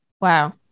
Wow